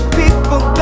people